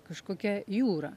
kažkokia jūra